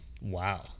Wow